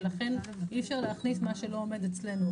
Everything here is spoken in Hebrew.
ולכן אי אפשר להכניס מה שלא עומד אצלנו.